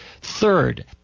Third